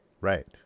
Right